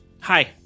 Hi